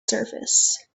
surface